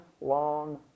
long